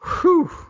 Whew